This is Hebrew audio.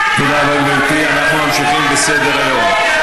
תודה רבה, גברתי, אנחנו ממשיכים בסדר-היום.